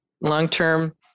long-term